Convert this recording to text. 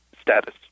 status